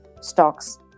stocks